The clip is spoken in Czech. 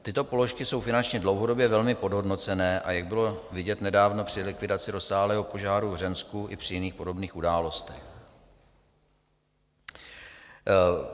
Tyto položky jsou finančně dlouhodobě velmi podhodnocené, jak bylo vidět nedávno při likvidaci rozsáhlého požáru v Hřensku i při jiných podobných událostech.